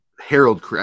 Harold